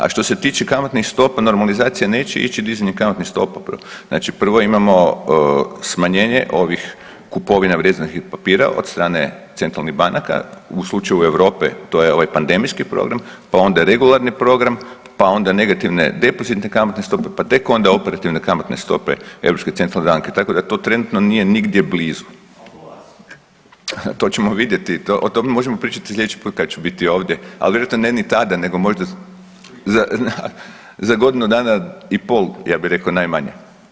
A što se tiče kamatnih stopa normalizacija neće ići dizanjem kamatnih stopa, znači prvo imamo smanjenje kupovine vrijednosnih papira od strane centralnih banaka u slučaju Europe to je ovaj pandemijski program, pa onda regularni program, pa onda negativne depozitne kamatne stope pa tek onda operativne kamatne stope Europske centralne banke, tako da to trenutno nigdje nije blizu. … [[Upadica se ne razumije.]] To ćemo vidjeti, o tome možemo pričati sljedeći put kad ću biti ovdje, ali vjerojatno ne ni tada nego možda za godinu dana i pol ja bi rekao najmanje.